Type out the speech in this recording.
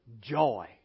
joy